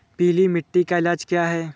पीली मिट्टी का इलाज क्या है?